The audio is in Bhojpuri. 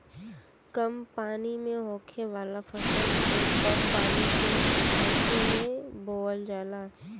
कम पानी में होखे वाला फसल के कम पानी के इलाके में बोवल जाला